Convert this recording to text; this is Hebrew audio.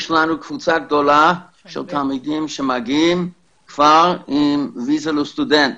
יש לנו קבוצה גדולה של תלמידים שמגיעים כבר עם ויזה לסטודנט.